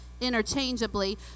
interchangeably